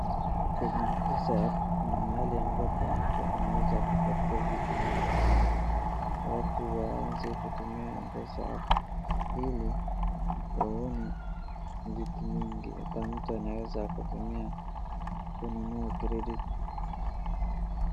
Kwenye M-pesa app , ni mahali ambapo mtu anaeza akapata vitu vingi sana. Watu waanze kutumia M-pesa app ili waone vitu vingi. Hata mtu anaeza akatumia kununua credit .